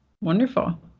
wonderful